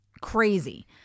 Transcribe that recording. crazy